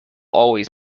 always